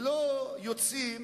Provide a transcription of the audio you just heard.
ולא יוצאים